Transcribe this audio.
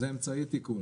זה אמצעי תיקון.